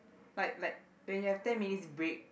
like like when you have ten minutes break